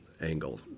angle